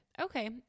okay